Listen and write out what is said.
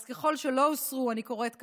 אז ככל שלא הוסרו אני קוראת,